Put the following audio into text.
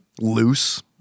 loose